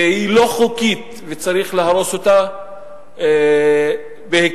והיא לא חוקית וצריך להרוס אותה בהקדם.